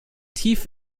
tief